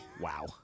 wow